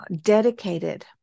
dedicated